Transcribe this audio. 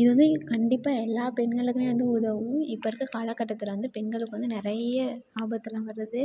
இது வந்து கண்டிப்பாக எல்லா பெண்களுக்குமே வந்து உதவும் இப்போ இருக்கற காலக்கட்டத்தில் வந்து பெண்களுக்கு வந்து நிறைய ஆபத்தெலாம் வருது